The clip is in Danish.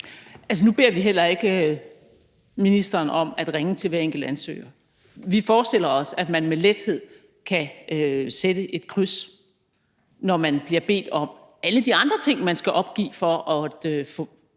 Nu beder vi heller ikke ministeren om at ringe til hver enkelt ansøger. Vi forestiller os, at man med lethed kan sætte et kryds, når man bliver bedt om alle de andre ting, man skal opgive, for at